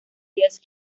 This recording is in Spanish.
díez